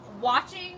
Watching